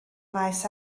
maes